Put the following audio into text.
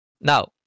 now